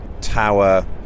Tower